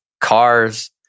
cars